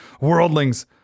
Worldlings